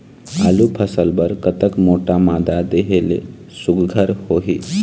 आलू फसल बर कतक मोटा मादा देहे ले सुघ्घर होही?